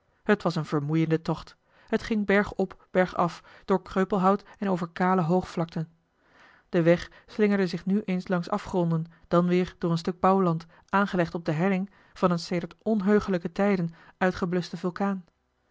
t was een vermoeiende tocht het ging berg op berg af door kreupelhout en over kale hoogvlakten de weg slingerde zich nu eens langs afgronden dan weer door een stuk bouwland aangelegd op de helling van een sedert onheuglijke tijden uitgebluschten vulkaan